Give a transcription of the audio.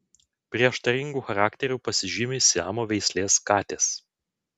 prieštaringu charakteriu pasižymi siamo veislės katės